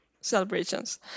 celebrations